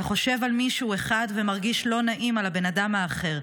אתה חושב על מישהו אחד ומרגיש לא נעים על הבן אדם האחר.